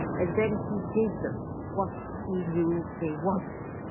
and then he gave them what he knew they wanted.